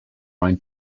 ryan